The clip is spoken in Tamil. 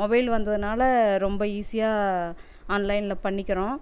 மொபைல் வந்ததனால ரொம்ப ஈசியாக ஆன்லைன்ல பண்ணிக்கிறோம்